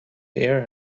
hear